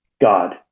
God